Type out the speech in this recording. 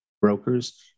brokers